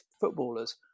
footballers